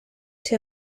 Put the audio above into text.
ser